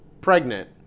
pregnant